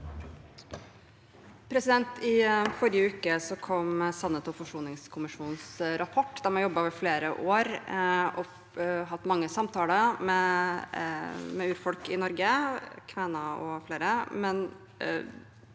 I forrige uke kom sannhets- og forsoningskommisjonens rapport. De har jobbet over flere år og hatt mange samtaler med urfolk i Norge, kvener og flere.